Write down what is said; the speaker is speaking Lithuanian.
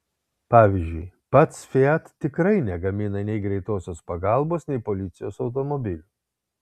pavyzdžiui pats fiat tikrai negamina nei greitosios pagalbos nei policijos automobilių